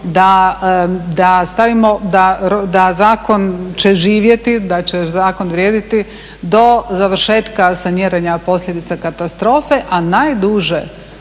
da zakon će živjeti, da će zakon vrijediti do završetka saniranja posljedica katastrofe a najduže,